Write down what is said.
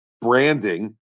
branding